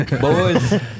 boys